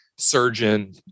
surgeon